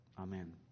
Amen